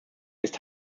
ist